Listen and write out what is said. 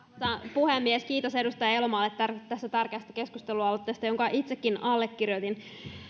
puhemies kiitos edustaja elomaalle tästä tärkeästä keskustelualoitteesta jonka itsekin allekirjoitin